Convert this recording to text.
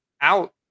out